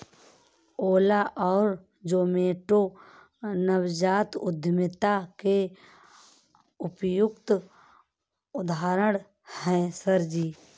ओला और जोमैटो नवजात उद्यमिता के उपयुक्त उदाहरण है सर जी